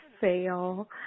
fail